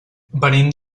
venim